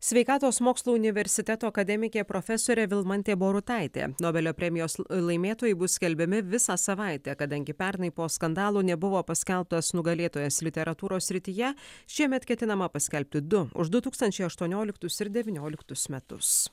sveikatos mokslų universiteto akademikė profesorė vilmantė borutaitė nobelio premijos laimėtojai bus skelbiami visą savaitę kadangi pernai po skandalo nebuvo paskelbtas nugalėtojas literatūros srityje šiemet ketinama paskelbti du už du tūkstančiai aštuonioliktus ir devynioliktus metus